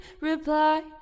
reply